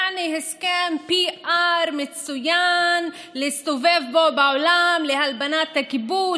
יעני הסכם PR מצוין להסתובב בו בעולם להלבנת הכיבוש